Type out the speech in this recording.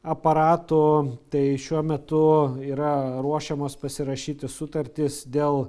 aparatų tai šiuo metu yra ruošiamos pasirašyti sutartys dėl